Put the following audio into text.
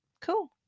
Cool